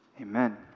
Amen